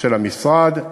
של המשרד,